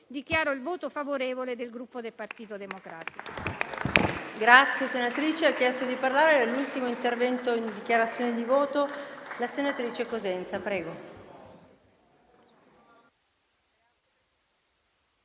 dichiaro il voto favorevole del Gruppo Partito Democratico.